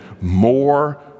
more